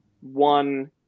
one